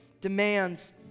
demands